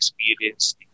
experience